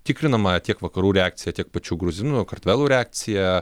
tikrinama tiek vakarų reakcija tiek pačių gruzinų kartvelų reakcija